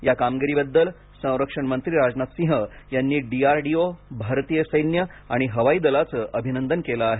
या कामगिरीबद्दल संरक्षणमंत्री राजनाथ सिंह यांनी डी आर डी ओ भारतीय सैन्य आणि हवाई दलाचे अभिनंदन केलं आहे